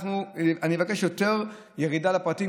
אני אבקש יותר ירידה לפרטים,